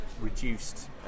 Reduced